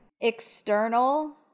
External